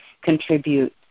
contribute